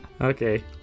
Okay